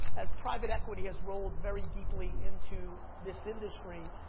as private equity has rolled very deeply into this industry,